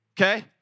okay